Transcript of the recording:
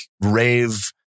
rave